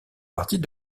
partie